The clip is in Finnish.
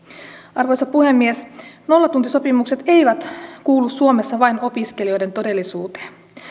arvoisa puhemies nollatuntisopimukset eivät kuulu suomessa vain opiskelijoiden todellisuuteen